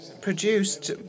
produced